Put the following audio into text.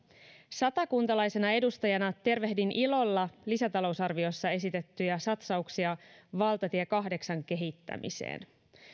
satakuntalaisena edustajana tervehdin ilolla lisätalousarviossa esitettyjä satsauksia valtatie kahdeksan kehittämiseen